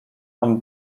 tam